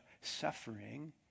suffering